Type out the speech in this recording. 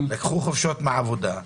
לקחו חופשות מהעבודה,